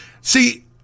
See